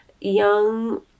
young